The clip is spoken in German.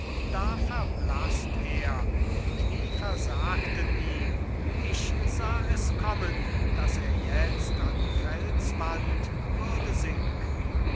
da verblasst er die knie versagten ihm ich sah es kommen dass er jetzt an die felswand würde sinken